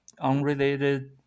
unrelated